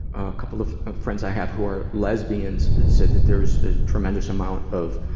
ah, couple of friends i have who are lesbians said that there is a tremendous amount of,